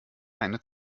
eine